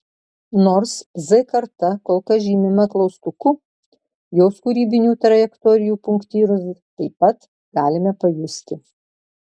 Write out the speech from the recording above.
nors z karta kol kas žymima klaustuku jos kūrybinių trajektorijų punktyrus taip pat galime pajusti